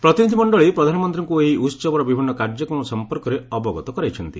ପ୍ରତିନିଧି ମଣ୍ଡଳୀ ପ୍ରଧାନମନ୍ତ୍ରୀଙ୍କୁ ଏହି ଉତ୍ସବର ବିଭିନ୍ନ କାର୍ଯ୍ୟକ୍ରମ ସଂପର୍କରେ ଅବଗତ କରାଇଛନ୍ତି